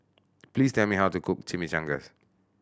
please tell me how to cook Chimichangas